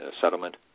settlement